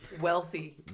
Wealthy